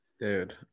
dude